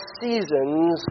seasons